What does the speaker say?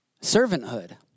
servanthood